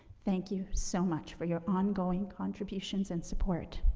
thank you so much for your ongoing contributions and support.